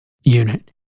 unit